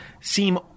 seem